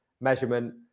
measurement